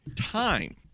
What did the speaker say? Time